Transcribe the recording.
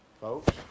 Folks